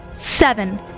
Seven